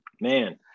Man